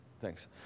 Thanks